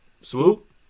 Swoop